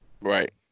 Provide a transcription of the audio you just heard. right